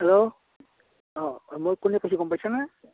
hello অঁ মই কোনে কৈছোঁ গম পাইছেনে